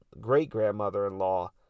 great-grandmother-in-law